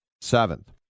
seventh